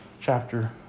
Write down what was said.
Chapter